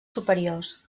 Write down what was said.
superiors